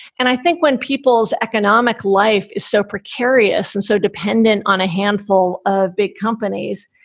and i think when people's economic life is so precarious and so dependent on a handful of big companies,